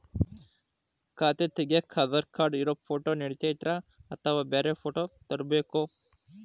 ಖಾತೆ ತಗ್ಯಾಕ್ ಆಧಾರ್ ಕಾರ್ಡ್ ಇರೋ ಫೋಟೋ ನಡಿತೈತ್ರಿ ಅಥವಾ ಬ್ಯಾರೆ ಫೋಟೋ ತರಬೇಕೋ?